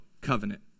covenant